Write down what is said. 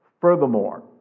Furthermore